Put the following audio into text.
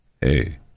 hey